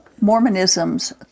Mormonism's